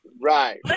Right